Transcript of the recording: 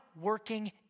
working